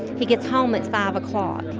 he gets home at five o'clock.